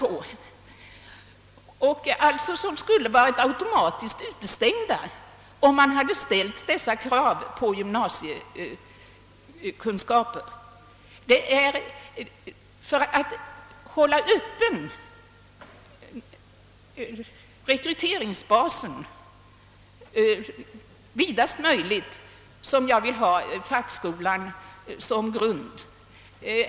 De skulle alltså ha varit automatiskt utestängda, om man hade ställt krav på gymnasiekunskaper. Det är för att vidga rekryteringsbasen så mycket som möjligt som jag vill ha fackskolan som grund.